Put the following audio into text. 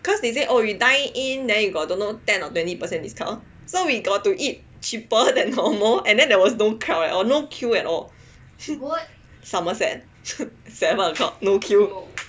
because they say oh you dine in then you got don't know ten or twenty percent discount so we got to eat cheaper than normal and then there was no crowd at all or no queue at all Somerset at seven o'clock no queue